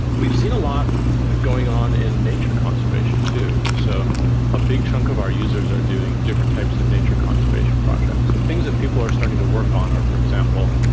we've seen a lot going on in nature conservation too. so a big chunk of our users are doing different types of nature conservation projects and things that people are starting to work on are, for example,